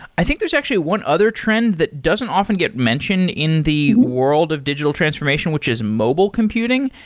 i think there's actually one other trend that doesn't often get mentioned in the world of digital transformation, which is mobile computing,